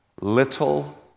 Little